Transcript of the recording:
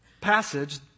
passage